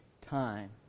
time